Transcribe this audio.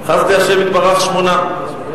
חסדי השם יתברך, שמונה.